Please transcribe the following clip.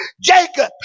Jacob